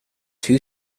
two